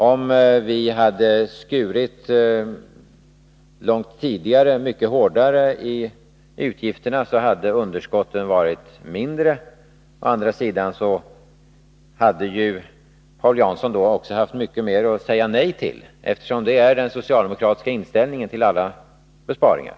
Om vi långt tidigare och mycket hårdare hade skurit i utgifterna, hade underskotten varit mindre. Å andra sidan skulle ju Paul Jansson då ha haft mycket mer att säga nej till, eftersom det är den socialdemokratiska inställningen till alla besparingar.